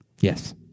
Yes